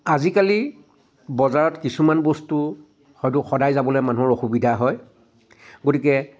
আজিকালি বজাৰত কিছুমান বস্তু হয়টো সদায় যাবলৈ মানুহৰ অসুবিধা হয় গতিকে